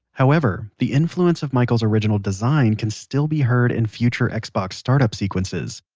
however the influence of michaels original design can still be heard in future xbox startup sequences.